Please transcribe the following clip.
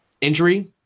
Injury